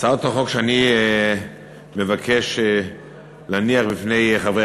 הצעת החוק שאני מבקש להניח בפני חברי